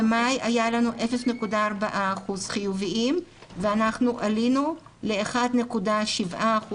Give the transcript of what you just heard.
במאי היה 0.4% ואנחנו עלינו ל-1.7%,